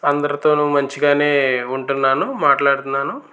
అందరితోనూ మంచిగానే ఉంటున్నాను మాట్లాడుతున్నాను